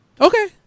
Okay